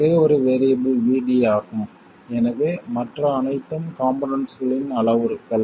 ஒரே ஒரு variable VD ஆகும் எனவே மற்ற அனைத்தும் காம்போனெண்ட்ஸ்களின் அளவுருக்கள்